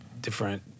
different